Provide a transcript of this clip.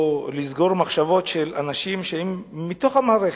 או נסגור מחשבות של אנשים שהם מתוך המערכת,